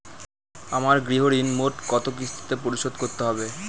আমার গৃহঋণ মোট কত কিস্তিতে পরিশোধ করতে হবে?